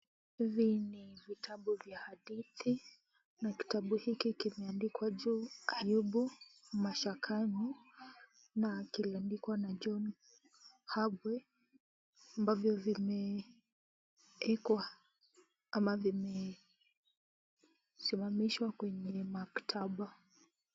Hivi ni vitabu vya hadithi, na kitabu hiki kimeandikwa juu Ayubu mashakani, na kiliandikwa na John Habwe, ambavyo vimeekwa ama vimesimamishwa kwenye maktaba.